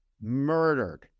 murdered